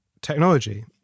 technology